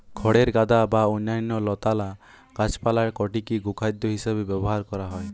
খড়ের গাদা বা অন্যান্য লতানা গাছপালা কাটিকি গোখাদ্য হিসেবে ব্যবহার করা হয়